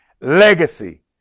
legacy